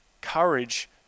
courage